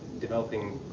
developing